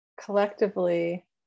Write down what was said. collectively